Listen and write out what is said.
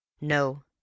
No